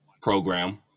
program